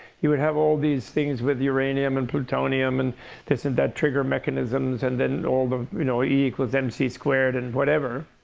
you would have all these things with uranium and plutonium and this and that, trigger mechanisms, and then all of the you know e equals mc squared, and whatever,